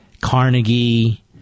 Carnegie